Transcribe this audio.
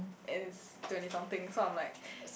and twenty something so I am like